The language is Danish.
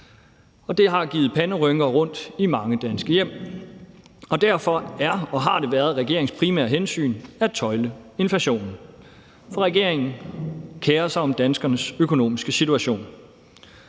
det har givet panderynker rundtom i mange danske hjem. Og derfor er og har det været regeringens primære hensyn at tøjle inflationen, for regeringen kerer sig om danskernes økonomiske situation.